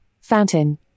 fountain